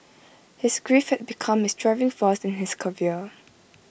his grief had become his driving force in his career